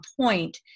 point